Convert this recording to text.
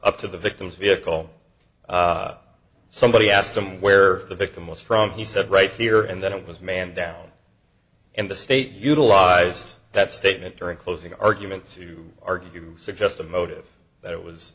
up to the victim's vehicle somebody asked him where the victim was from he said right here and that it was man down and the state utilized that statement during closing arguments to argue suggest a motive that it was